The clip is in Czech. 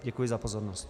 Děkuji za pozornost.